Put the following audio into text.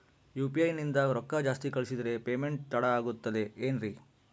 UPI ನಿಂದ ರೊಕ್ಕ ಜಾಸ್ತಿ ಕಳಿಸಿದರೆ ಪೇಮೆಂಟ್ ತಡ ಆಗುತ್ತದೆ ಎನ್ರಿ?